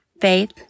Faith